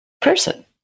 person